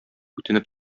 үтенеп